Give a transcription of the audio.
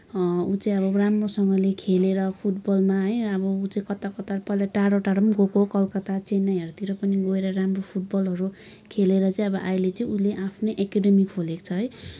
ऊ चाहिँ अब राम्रोसँगले खेलेर फुटबलमा है अब ऊ चाहिँ कता कता पर टाढो टाढो पनि गएको कलकत्ता चेन्नईहरूतिर पनि गएर राम्रो फुटबलहरू खेलेर चाहिँ अब अहिले चाहिँ उसले आफ्नै एकेडेमी खोलेको छ है